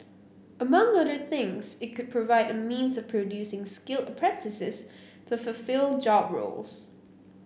among other things it could provide a means of producing skilled apprentices to fulfil job roles